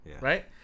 Right